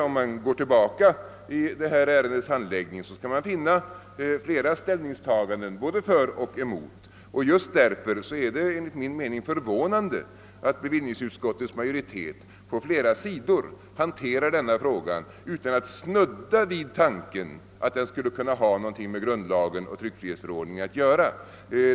Om man ser tillbaka på detta ärendes handläggning så skall man finna flera ställningstaganden både för och emot. Just därför är det enligt min mening förvånande att bevillningsutskottets majoritet på flera sidor behandlar denna fråga utan att snudda vid tanken att den skulle kunna ha någonting med grundlagen och tryckfrihetsförordningen att göra.